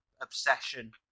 obsession